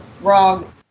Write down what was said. wrong